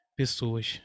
pessoas